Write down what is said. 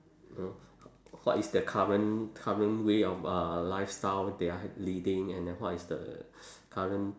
know what is the current current way of uh lifestyle they are leading and what is the current